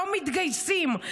לא מתגייסים",